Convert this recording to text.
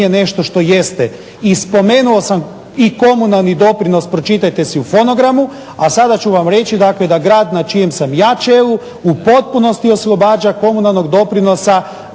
nešto što jeste. I spomenuo sam i komunalni doprinos, pročitajte si u fonogramu, a sada ću vam reći dakle da grad na čijem sam ja čelu u potpunosti oslobađa komunalnog doprinosa